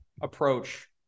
approach